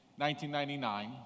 1999